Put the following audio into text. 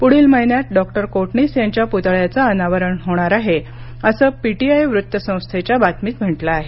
पुढील महिन्यात डॉक्टर कोटणीस यांच्या पुतळयाचं अनावरण होणार आहे असं पीटीआय वृत्तसंस्थेच्या बातमीत म्हटलं आहे